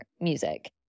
music